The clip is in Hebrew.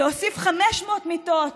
להוסיף 500 מיטות